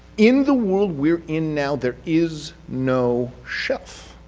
in the world we're in now there is no shelf.